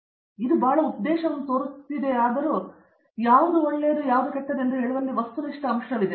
ಅರಂದಾಮ ಸಿಂಗ್ ಆದ್ದರಿಂದ ಇದು ಬಹಳ ಉದ್ದೇಶವನ್ನು ತೋರುತ್ತಿತ್ತಾದರೂ ಯಾವುದು ಒಳ್ಳೆಯದು ಮತ್ತು ಯಾವುದು ಕೆಟ್ಟದು ಎಂದು ಹೇಳುವಲ್ಲಿ ವಸ್ತುನಿಷ್ಠ ಅಂಶವಿದೆ